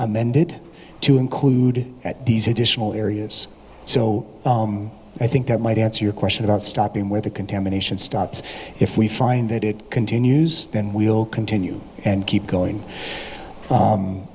amended to include these additional areas so i think that might answer your question about stopping where the contamination stops if we find that it continues then we'll continue and keep going